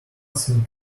thing